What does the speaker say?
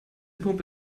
pumpe